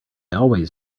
always